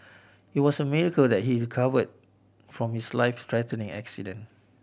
it was a miracle that he recovered from his life threatening accident